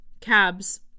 cabs